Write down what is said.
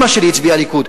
אמא שלי הצביעה לליכוד.